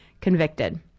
convicted